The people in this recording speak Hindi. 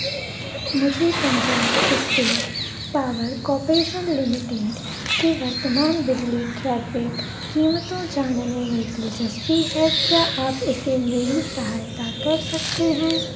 मुझे Punjab State Power Corporation Limited के वर्तमान बिजली ट्रैफिक कीमतों जानने में दिलचस्पी है क्या आप इसे मेरी सहायता कर सकते हैं